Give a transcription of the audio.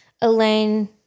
Elaine